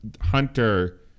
Hunter